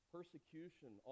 Persecution